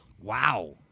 wow